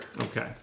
Okay